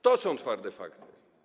To są twarde fakty.